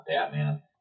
Batman